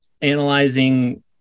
analyzing